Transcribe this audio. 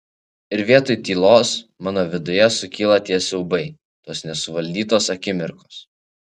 ir vietoj tylos mano viduje sukyla tie siaubai tos nesuvaldytos akimirkos